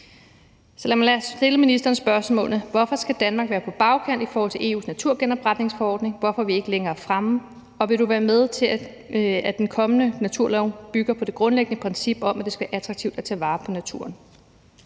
Så lad mig stille ministeren spørgsmålene: Hvorfor skal Danmark være på bagkant i forhold til EU's naturgenopretningsforordning? Hvorfor er vi ikke længere fremme? Og vil du være med til, at den kommende naturlov bygger på det grundlæggende princip om, at det skal være attraktivt at tage vare på naturen?